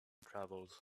travels